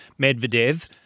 Medvedev